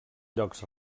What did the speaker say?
llocs